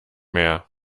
mehr